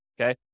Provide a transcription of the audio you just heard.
Okay